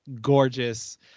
gorgeous